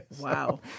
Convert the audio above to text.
Wow